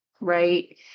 right